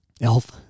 Elf